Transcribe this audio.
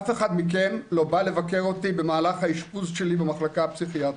אף אחד מכם לא בא לבקר אותי במהלך האשפוז שלי במחלקה הפסיכיאטרית.